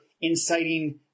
inciting